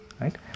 right